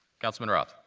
councilman roth.